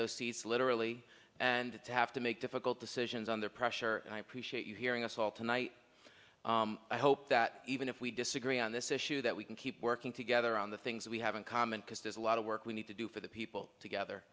those seats literally and to have to make difficult decisions on their pressure and i appreciate you hearing us all tonight i hope that even if we disagree on this issue that we can keep working together on the things we have in common because there's a lot of work we need to do for the people together